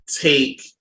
take